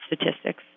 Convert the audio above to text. statistics